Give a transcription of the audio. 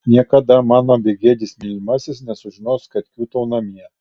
niekada mano begėdis mylimasis nesužinos kad kiūtau namie